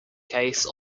case